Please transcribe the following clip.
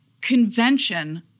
convention –